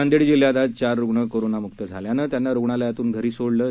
नांदेड जिल्ह्यात आज चार रुग्ण कोरोनामुक्त झाल्यानं त्यांना रुग्णालयातून घरी सोडलं आहे